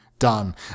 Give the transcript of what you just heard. done